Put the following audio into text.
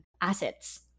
assets